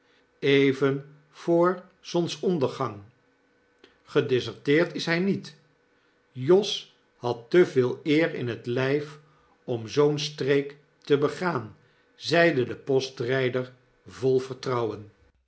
even voor zonsondergang gedeserteerd is hij niet josh had te veel eer in t lijf om zoo'n streek te begaan zeide de postrper vol vertrouwen